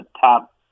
top